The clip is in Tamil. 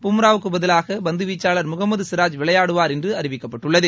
பூம்ராவுக்கு பதிலாக பந்து வீச்சாளர் முகமது சிராஜ் விளையாடுவார் என்று அறிவிக்கப்பட்டுள்ளது